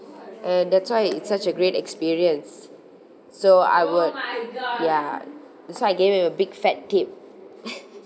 and that's why it's such a great experience so I would ya that's why I gave him a big fat tip